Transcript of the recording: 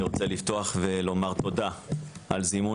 אני רוצה לפתוח ולומר תודה על זימון